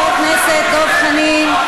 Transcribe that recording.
או שאתה מטעה או שאתה לא יודע.